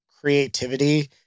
Creativity